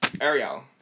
Ariel